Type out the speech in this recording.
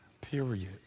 Period